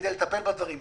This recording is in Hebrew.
כדי לטפל בדברים.